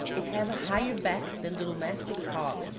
it has a higher back than the domestic hog,